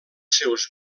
seus